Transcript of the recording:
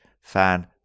fan